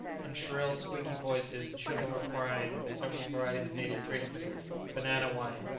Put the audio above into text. in shrill, squeaky voices, children were crying several varieties of native drinks banana-wine,